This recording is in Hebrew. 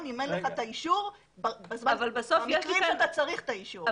אם אין לך את האישור במקרים שאתה צריך את האישור.